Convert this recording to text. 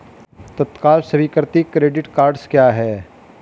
तत्काल स्वीकृति credit cards क्या हैं?